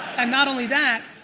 and not only that,